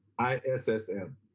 ISSM